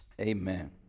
Amen